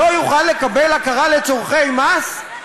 לא יוכל לקבל הכרה לצורכי מס.